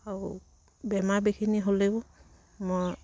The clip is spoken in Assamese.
আৰু বেমাৰ বিঘিনি হ'লেও মই